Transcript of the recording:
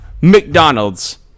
mcdonald's